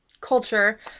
culture